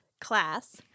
class